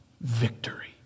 Victory